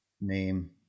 name